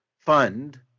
Fund